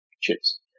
chips